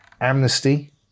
amnesty